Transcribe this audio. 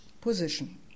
position